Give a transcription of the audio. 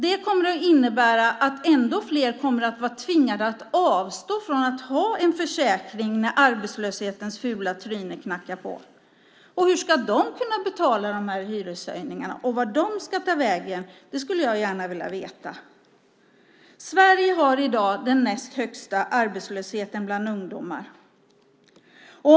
Det kommer att innebära att ännu fler kommer att tvingas avstå från att ha en försäkring när arbetslöshetens fula tryne visar sig. Hur ska de kunna betala dessa höga hyror? Vart de ska ta vägen skulle jag gärna vilja veta. Sverige har i dag den näst högsta arbetslösheten bland ungdomar.